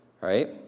right